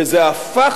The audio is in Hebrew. וזה הפך